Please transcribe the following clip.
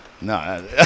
No